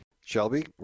shelby